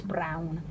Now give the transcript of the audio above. Brown